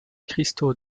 cristaux